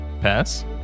Pass